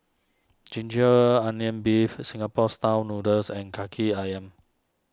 Ginger Onions Beef Singapore Style Noodles and Kaki Ayam